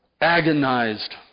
agonized